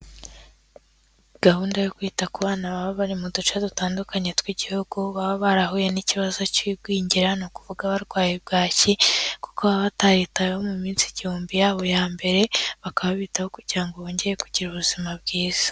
Gahunda yo kwita ku bana baba bari mu duce dutandukanye tw'igihugu baba barahuye n'ikibazo cy'igwingira. Ni ukuvuga abarwayi bwaki kuko baba bataritaweho mu minsi igihumbi yabo ya mbere bakaba babitaho kugira ngo bongere kugira ubuzima bwiza.